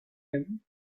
him